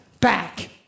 back